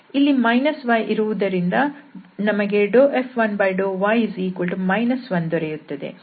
ಇಲ್ಲಿ y ಇರುವುದರಿಂದ ನಮಗೆ F1∂y 1 ದೊರೆಯುತ್ತದೆ ಹಾಗೂ F2 ನ ಮೌಲ್ಯವು x